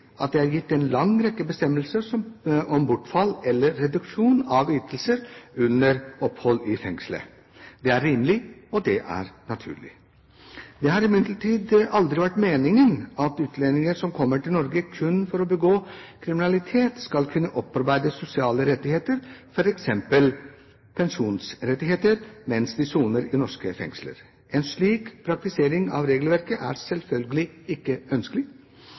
at det er gitt en lang rekke bestemmelser om bortfall eller reduksjon av ytelser under opphold i fengsel. Det er rimelig, og det er naturlig. Det har imidlertid aldri vært meningen at utlendinger som kommer til Norge kun for å begå kriminalitet, skal kunne opparbeide seg sosiale rettigheter, f.eks. pensjonsrettigheter, mens de soner i norske fengsler. En slik praktisering av regelverket er selvfølgelig ikke ønskelig.